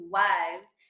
wives